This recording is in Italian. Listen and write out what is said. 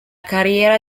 carriera